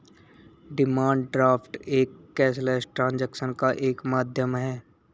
demand draft एक cashless transaction का एक माध्यम है